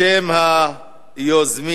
בשם היוזמים